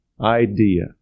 idea